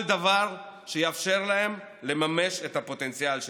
כל דבר שיאפשר להם לממש את הפוטנציאל שלהם,